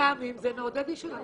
טעמים זה מעודד עישון.